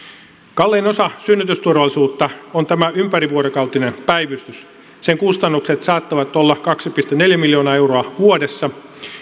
kallein osa synnytysturvallisuutta on tämä ympärivuorokautinen päivystys sen kustannukset saattavat olla kaksi pilkku neljä miljoonaa euroa vuodessa